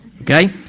okay